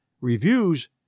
Reviews